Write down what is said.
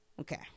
Okay